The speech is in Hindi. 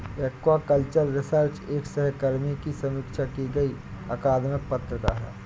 एक्वाकल्चर रिसर्च एक सहकर्मी की समीक्षा की गई अकादमिक पत्रिका है